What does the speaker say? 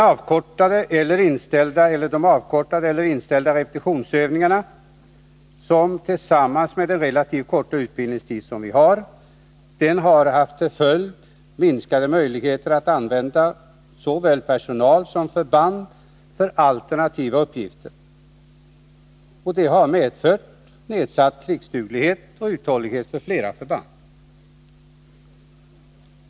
Avkortandet eller inställandet av repetitionsövningarna har, tillsammans med den relativt korta utbildningstiden, haft till följd minskade möjligheter att använda såväl personal som förband för alternativa uppgifter. Det har medfört nedsatt krigsduglighet och uthållighet för flera förband.